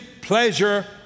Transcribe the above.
pleasure